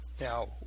now